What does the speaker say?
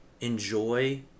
enjoy